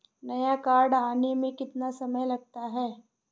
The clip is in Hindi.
नया कार्ड आने में कितना समय लगता है?